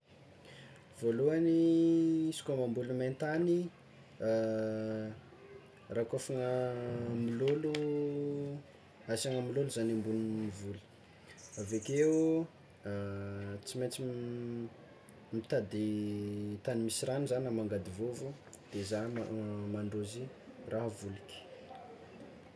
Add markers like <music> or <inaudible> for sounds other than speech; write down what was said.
Voalohany izy koa mamboly main-tany, <hesitation> rakôfagna molôlo asiàgna molôlo zany ambonin'ny voly, avy akeo <hesitation> tsy maintsy mitady tany misy rano zany na mangady vovo de zah mandrozy raha voliky.